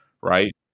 Right